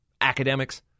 academics